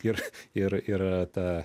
ir ir ir ta